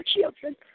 children